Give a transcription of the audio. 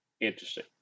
interesting